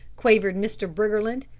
quavered mr. briggerland.